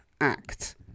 act